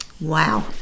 Wow